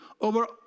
Over